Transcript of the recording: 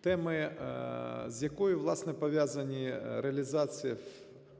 теми, з якою, власне, пов'язана реалізація